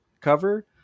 cover